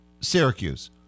Syracuse